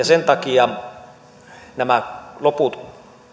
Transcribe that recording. sen takia nämä loput